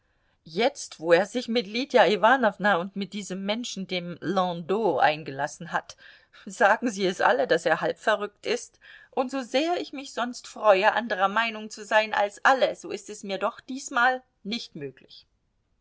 jetzt wo er sich mit lydia iwanowna und mit diesem menschen dem landau eingelassen hat sagen sie es alle daß er halb verrückt ist und so sehr ich mich sonst freue anderer meinung zu sein als alle so ist es mir doch diesmal nicht möglich